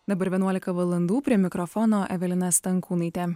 dabar vienuolika valandų prie mikrofono evelina stankūnaitė